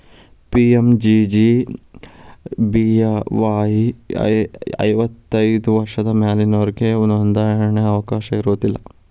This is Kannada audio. ಪಿ.ಎಂ.ಜೆ.ಜೆ.ಬಿ.ವಾಯ್ ಐವತ್ತೈದು ವರ್ಷದ ಮ್ಯಾಲಿನೊರಿಗೆ ನೋಂದಾವಣಿಗಿ ಅವಕಾಶ ಇರೋದಿಲ್ಲ